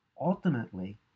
Ultimately